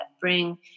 bring